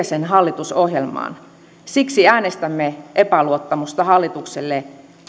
sen hallitusohjelmaan siksi äänestämme epäluottamusta hallitukselle